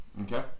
Okay